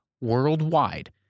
worldwide